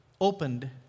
opened